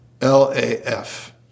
L-A-F